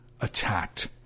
attacked